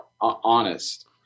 honest